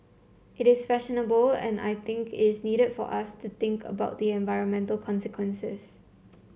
it is fashionable and I think it's needed for us to think about the environmental consequences